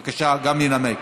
בבקשה, גם ינמק.